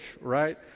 right